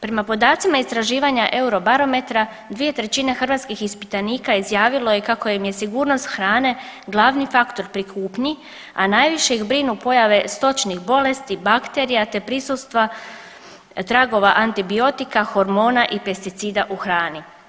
Prema podacima istraživanja Eurobarometra 2/3 hrvatskih ispitanika izjavilo je kako je nesigurnost hrane glavni faktor pri kupnji, a najviše ih brinu pojave stočnih bolesti, bakterija, te prisustva tragova antibiotika, hormona i pesticida u hrani.